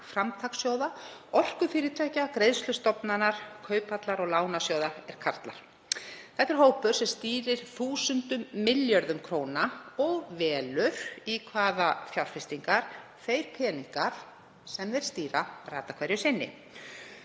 framtakssjóða, orkufyrirtækja, greiðslustofnana, Kauphallar og lánasjóða eru karlar. Þetta er hópur sem stýrir þúsundum milljarða króna og velur í hvaða fjárfestingar þeir peningar sem þeir stýra rata hverju sinni.